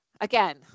again